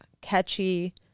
catchy